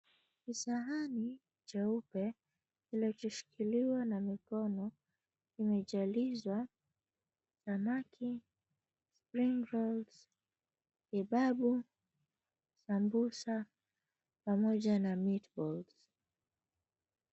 Kisahani cheupe kimeshikiliwa na mikono imejaliza samaki, green grams , kebabu, sambusa pamoja na meat balls .